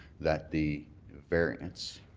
that the variance,